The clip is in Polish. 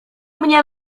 mnie